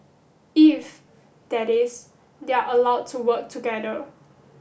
if that is they are allowed to work together